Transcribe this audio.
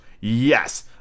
Yes